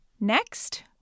Next